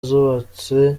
zubatse